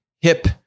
hip